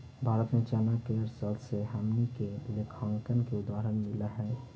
भारत में चाणक्य के अर्थशास्त्र से हमनी के लेखांकन के उदाहरण मिल हइ